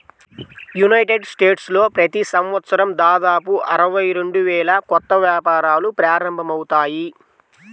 United స్టేట్స్లో ప్రతి సంవత్సరం దాదాపు అరవై రెండు వేల కొత్త వ్యాపారాలు ప్రారంభమవుతాయి